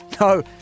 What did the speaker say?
No